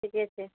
ठीके छै